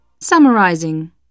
Summarizing